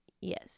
yes